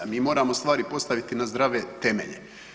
Mi moramo stvari postaviti na zdrave temelje.